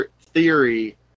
theory